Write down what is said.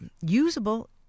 usable